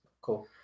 Cool